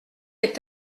est